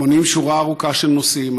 הם מונים שורה ארוכה של נושאים.